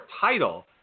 title